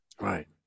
Right